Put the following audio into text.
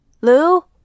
Lou